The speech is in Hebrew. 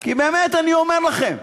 באמת אני אומר לכם: